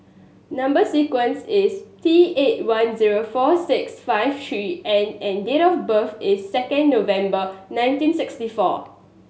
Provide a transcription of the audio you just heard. number sequence is T eight one zero four six five three N and date of birth is second November nineteen sixty four